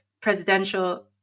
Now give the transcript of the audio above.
presidential